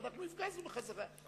ואנחנו הפגזנו בחזרה.